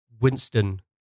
Winston